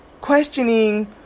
questioning